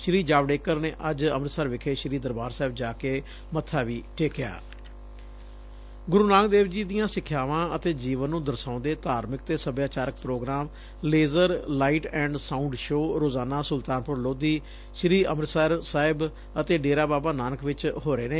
ਸ੍ਰੀ ਜਾਵਡੇਕਰ ਨੇ ਅੱਜ ਅੰਮ੍ਤਿਸਰ ਵਿਖੇ ਸ੍ਰੀ ਦਰਬਾਰ ਸਾਹਿਬ ਜਾ ਕੇ ਮੱਬਾ ਵੀ ਟੇਕਿਆ ਗੁਰੁ ਨਾਨਕ ਦੇਵ ਜੀ ਦੀਆਂ ਸਿੱਖਿਆਵਾਂ ਅਤੇ ਜੀਵਨ ਨੂੰ ਦਰਸਾਉਂਦੇ ਧਾਰਮਿਕ ਤੇ ਸਭਿਆਚਾਰਕ ਪ੍ਰੋਗਰਾਮ ਲੇਜ਼ਰ ਲਾਈਟ ਅਤੇ ਸਾਊਂਡ ਸ਼ੋਅ ਰੋਜ਼ਾਨਾ ਸੁਲਤਾਨਪੁਰ ਲੋਧੀ ਸ੍ੀ ਅੰਮ੍ਤਿਸਰ ਸਾਹਿਬ ਅਤੇ ਡੇਰਾ ਬਾਬਾ ਨਾਨਕ ਚ ਹੋ ਰਹੇ ਨੇ